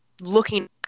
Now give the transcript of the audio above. looking